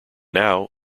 now